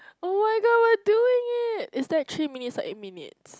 [oh]-my-god what doing it is that three minutes or eight minutes